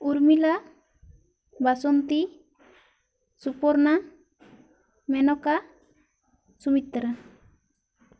Urmila Basanti Suparna Menoka Sumitra